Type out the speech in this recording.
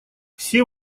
все